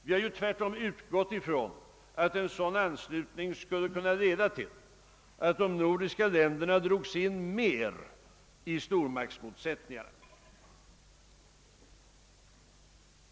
Vi har tvärtom utgått ifrån att en sådan anslutning skulle kunna leda till att de nordiska länderna drogs in mer i stormaktsmotsättningarna.